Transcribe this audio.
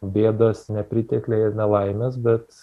bėdos nepritekliai ir nelaimės bet